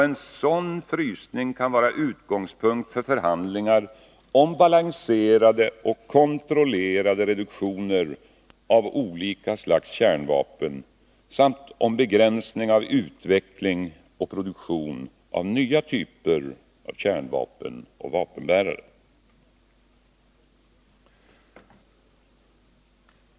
En sådan frysning kan vara utgångspunkt för förhandlingar om balanserade och kontrollerade reduktioner av olika slags kärnvapen samt om begränsning av utveckling och produktion av nya typer kärnvapen och vapenbärare.